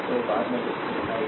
तो बाद में दिखाएगा